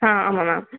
ஆ ஆமாம் மேம்